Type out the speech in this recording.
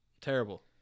Terrible